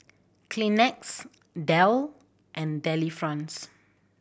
Kleenex Dell and Delifrance